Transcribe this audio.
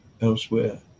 elsewhere